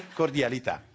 cordialità